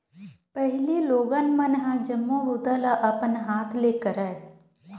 पहिली लोगन मन ह जम्मो बूता ल अपन हाथ ले करय